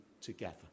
together